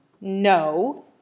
No